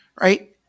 right